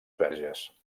verges